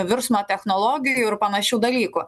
virsmo technologijų ir panašių dalykų